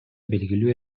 белгилүү